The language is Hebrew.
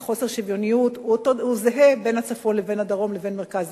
חוסר השוויוניות בין הצפון והדרום לבין מרכז